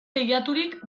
teilaturik